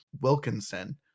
Wilkinson